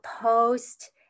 post